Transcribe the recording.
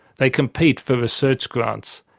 they compete for research grants,